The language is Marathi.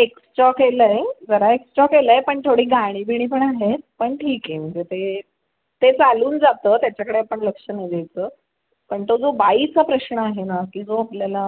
एक्स्ट्रॉ केलं आहे जरा एक्स्ट्रॉ केलं आहे पण थोडी गाणी बिणी पण आहेत पण ठीक आहे म्हणजे ते ते चालून जातं त्याच्याकडे आपण लक्ष नाही द्यायचं पण तो जो बाईचा प्रश्न आहे ना की जो आपल्याला